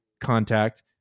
Contact